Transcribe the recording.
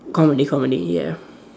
comedy comedy yeah